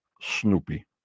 snoopy